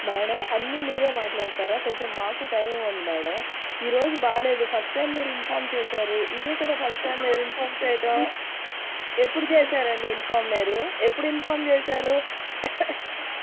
madam అన్నీ మీరే మాట్లాడతారా కొంచెం మాకు టైమ్ ఇవ్వండి మేడం ఈరోజు బాగలేదు ఫస్ట్ టైమ్ మీరు ఇన్ఫార్మ్ చేశారు ఇదే కదా ఫస్ట్ టైమ్ మీరు ఇన్ఫార్మ్ చేయటం ఎప్పుడు చేశారండి ఇన్ఫార్మ్ మీరు ఎప్పుడు ఇన్ఫార్మ్ చేశారు